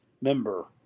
member